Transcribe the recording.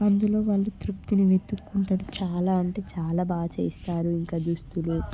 అందులో వాళ్ళు తృప్తిని వెతుక్కుంటారు చాలా అంటే చాలా బాగా చేయిస్తారు ఇంకా దుస్తులు